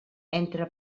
entre